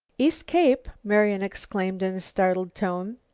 east cape? marian exclaimed in a startled tone.